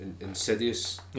insidious